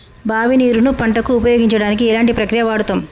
బావి నీరు ను పంట కు ఉపయోగించడానికి ఎలాంటి ప్రక్రియ వాడుతం?